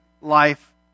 life